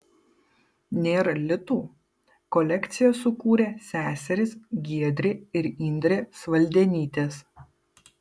nėr litų kolekciją sukūrė seserys giedrė ir indrė svaldenytės